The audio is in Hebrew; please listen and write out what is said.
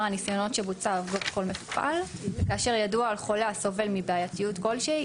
הניסיונות שבוצעו בכל מטופל; וכאשר ידוע על חולה הסובל מבעייתיות כלשהי,